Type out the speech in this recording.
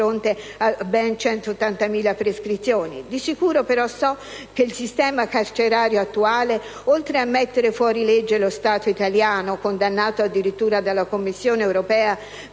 Di sicuro però so che il sistema carcerario attuale, oltre a mettere fuori legge lo Stato italiano, condannato addirittura dalla Commissione europea per violazione